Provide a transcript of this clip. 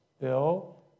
Bill